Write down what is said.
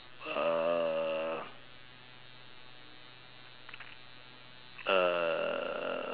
uh